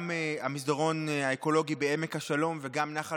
גם המסדרון האקולוגי בעמק השלום וגם נחל